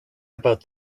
about